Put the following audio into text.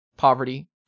poverty